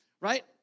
Right